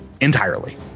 entirely